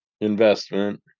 investment